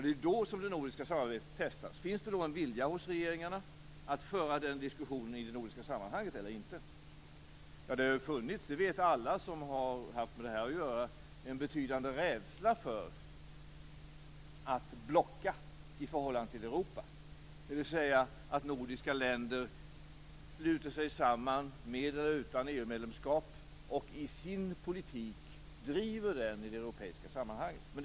Det är då som det nordiska samarbetet testas. Finns det en vilja hos regeringarna att föra den diskussionen i det nordiska sammanhanget, eller inte? Det har funnits, det vet alla som har haft med detta att göra, en betydande rädsla för att "blocka" i förhållande till Europa, dvs. att nordiska länder sluter sig samman, med eller utan EU-medlemskap, och driver sin politik i det europeiska sammanhanget.